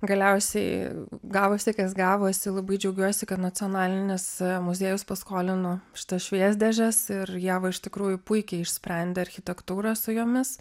galiausiai gavosi kas gavosi labai džiaugiuosi kad nacionalinis muziejus paskolino šitas šviesdėžes ir ieva iš tikrųjų puikiai išsprendė architektūrą su jomis